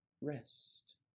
rest